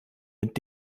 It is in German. mit